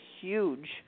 huge